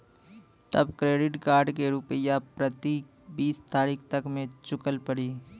तब credit card के रूपिया प्रतीक बीस तारीख तक मे चुकल पड़ी?